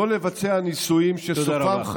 לא לבצע ניסויים שסופם,